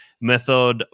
Method